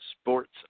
sports